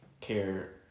care